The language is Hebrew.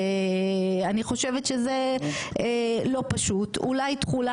אני חושבת שזה לא פשוט אולי תחולה